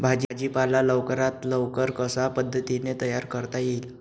भाजी पाला लवकरात लवकर कशा पद्धतीने तयार करता येईल?